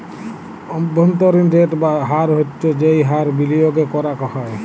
অব্ভন্তরীন রেট বা হার হচ্ছ যেই হার বিলিয়গে করাক হ্যয়